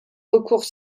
recours